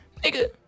Nigga